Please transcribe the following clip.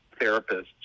therapists